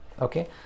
okay